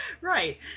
right